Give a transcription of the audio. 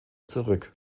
zurück